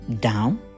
down